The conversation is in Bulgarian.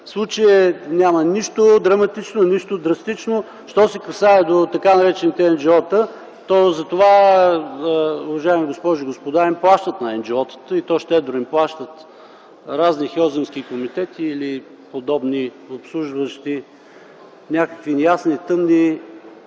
В случая няма нищо драматично, нищо драстично, що се касае до така наречените енджиота, то затова, уважаеми госпожи и господа, им плащат на енджиотата. И то щедро им плащат разни хелзинкски комитети или подобни обслужващи някакви неясни, тъмни